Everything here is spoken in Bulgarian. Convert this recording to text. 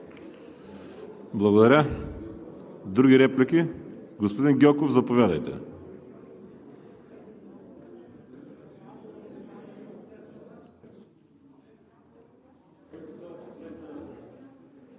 Благодаря. Други реплики? Господин Гьоков, заповядайте.